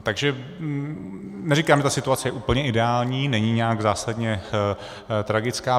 Takže neříkám, že ta situace je úplně ideální, není nijak zásadně tragická.